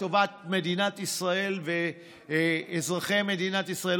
טובת מדינת ישראל ואזרחי מדינת ישראל.